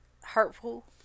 hurtful